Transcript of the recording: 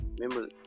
Remember